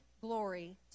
glory